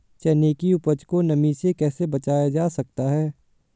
चने की उपज को नमी से कैसे बचाया जा सकता है?